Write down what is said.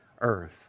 earth